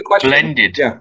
blended